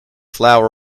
flour